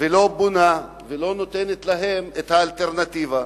ולא בונה, ולא נותנת להם את האלטרנטיבה.